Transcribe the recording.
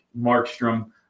Markstrom